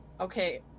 Okay